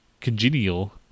Congenial